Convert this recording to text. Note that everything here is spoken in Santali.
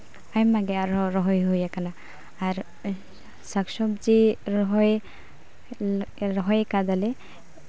ᱟᱭᱢᱟ ᱜᱮ ᱟᱨᱦᱚᱸ ᱨᱚᱦᱚᱭ ᱦᱩᱭ ᱠᱟᱱᱟ ᱟᱨ ᱥᱟᱠᱼᱥᱚᱵᱽᱡᱤ ᱨᱚᱦᱚᱭ ᱨᱚᱦᱚᱭ ᱠᱟᱫᱟᱞᱮ